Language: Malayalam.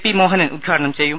പി മോഹനൻ ഉദ്ഘാടനം ചെയ്തു